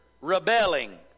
rebelling